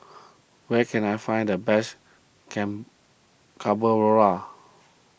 where can I find the best can Carbonara